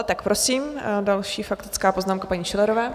Tak prosím, další faktická poznámka paní Schillerové.